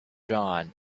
dawn